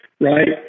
right